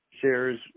shares